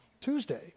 Tuesday